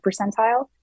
percentile